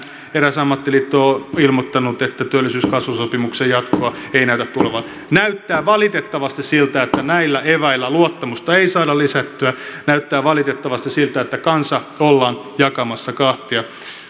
eräs ammattiliitto on ilmoittanut että työllisyys ja kasvusopimuksen jatkoa ei näytä tulevan kun katsoo niitä kommentteja näyttää valitettavasti siltä että näillä eväillä luottamusta ei saada lisättyä näyttää valitettavasti siltä että kansa ollaan jakamassa kahtia